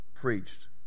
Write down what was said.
preached